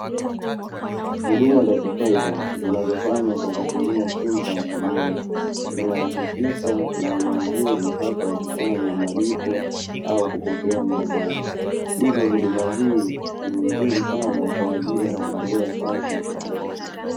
Huduma za kifedha zinazofanywa kwa kutumia simu za mkononi, zinarahisisha namna nzuri hasa ya kufanya malipo au kupokea miamala. Hivyo huduma hii ni nzuri sana kwa ajili ya maendeleo ya sayansi na teknolojia.